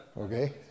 okay